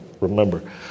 remember